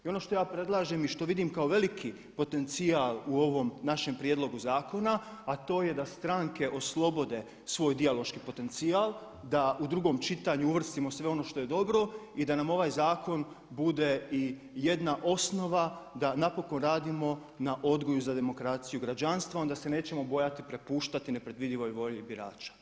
I ono što ja predlažem i što vidim kao veliki potencijal u ovom našem prijedlogu zakona a to je da stranke oslobode svoj dijaloški potencijal, da u drugom čitanju uvrstimo sve ono što je dobro i da nam ovaj zakon bude i jedna osnova da napokon radimo na odgoju za demokraciju građanstva i onda se nećemo bojati prepuštati nepredvidljivoj volji birača.